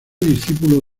discípulo